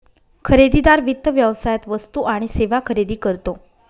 खरेदीदार वित्त व्यवसायात वस्तू आणि सेवा खरेदी करतो